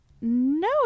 No